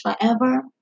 forever